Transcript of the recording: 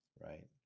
right